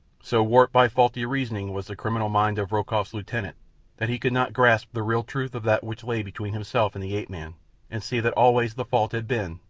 so warped by faulty reasoning was the criminal mind of rokoff's lieutenant that he could not grasp the real truth of that which lay between himself and the ape-man and see that always the fault had been,